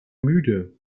müde